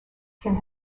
can